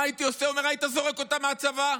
הוא אומר: היית זורק אותם מהצבא.